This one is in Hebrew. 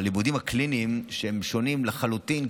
הלימודים הקליניים הם שונים לחלוטין,